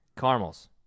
Caramels